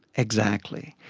exactly.